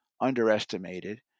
underestimated